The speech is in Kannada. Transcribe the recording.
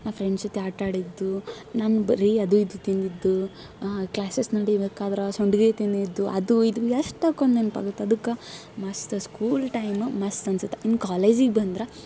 ನ ಫ್ರೆಂಡ್ಸ್ ಜೊತೆ ಆಟ ಆಡಿದ್ದು ನಾನು ಬರೀ ಅದು ಇದು ತಿಂದಿದ್ದು ಕ್ಲಾಸಸ್ ನಡಿಬೇಕಾದ್ರೆ ಸಂಡ್ಗೆ ತಿಂದಿದ್ದು ಅದು ಇದು ಎಷ್ಟು ಹಾಕ್ಕೊಂಡು ನೆನ್ಪು ಆಗುತ್ತೆ ಅದಕ್ಕೆ ಮಸ್ತ್ ಸ್ಕೂಲ್ ಟೈಮ್ ಮಸ್ತ್ ಅನ್ಸುತ್ತೆ ಇನ್ನು ಕಾಲೇಜಿಗೆ ಬಂದ್ರೆ